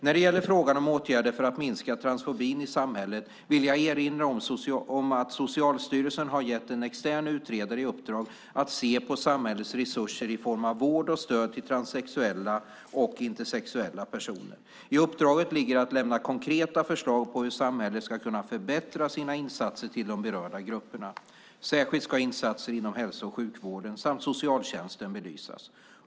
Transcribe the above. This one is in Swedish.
När det gäller frågan om åtgärder för att minska transfobin i samhället vill jag erinra om att Socialstyrelsen har gett en extern utredare i uppdrag att se på samhällets resurser i form av vård och stöd till transsexuella och intersexuella personer. I uppdraget ligger att lämna konkreta förslag på hur samhället ska kunna förbättra sina insatser till de berörda grupperna. Särskilt ska insatser inom hälso och sjukvården samt socialtjänsten belysas.